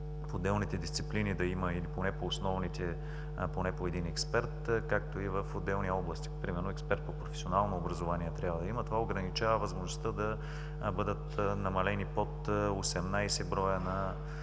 в отделните дисциплини или поне по основните, поне по един, експерт, както и в отделни области. Примерно, експерт по професионално образование трябва да има. Това ограничава възможността да бъде намалена под 18 броя